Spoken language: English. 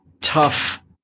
tough